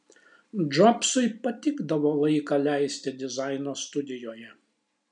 džobsui patikdavo laiką leisti dizaino studijoje